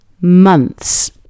months